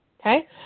okay